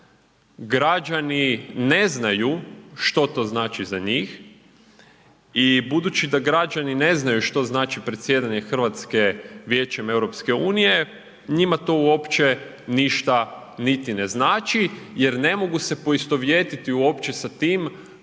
građani ne znaju što to znači za njih i budući da građani ne znaju što znači predsjedanje Hrvatske Vijećem EU, njima to uopće ništa niti ne znači jer ne mogu se poistovjetiti uopće sa tim